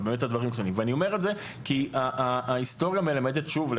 אני אומר את זה כי ההיסטוריה מלמדת שוב,